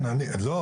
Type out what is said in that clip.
לא,